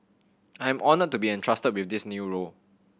I am honoured to be entrusted with this new role